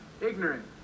ignorant